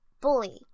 bully